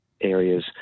areas